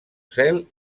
cel